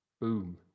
Boom